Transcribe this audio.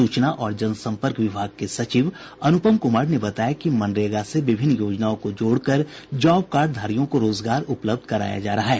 सूचना और जनसंपर्क विभाग के सचिव अनुपम कुमार ने बताया कि मनरेगा से विभिन्न योजनाओं को जोड़कर जॉब कार्डधारियों को रोजगार उपलब्ध कराया जा रहा है